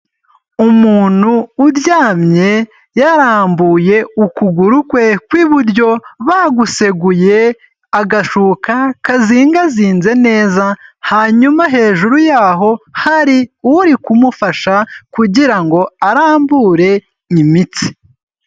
Umuntu uryamye yarambuye ukuguru kwe kw'iburyo, baguseguye agashuka kazingazinze neza, hanyuma hejuru yaho hari uri kumufasha kugira ngo arambure imitsi.